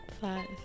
Five